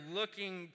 looking